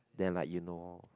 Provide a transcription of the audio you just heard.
then like you know